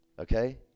okay